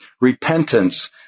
repentance